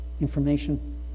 information